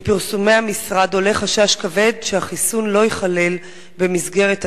מפרסומי המשרד עולה חשש כבד שהחיסון לא ייכלל במסגרת התוכנית.